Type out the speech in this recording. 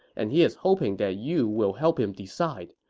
and he is hoping that you will help him decide.